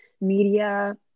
media